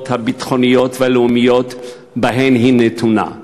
הביטחוניות והלאומיות שבהם היא נתונה.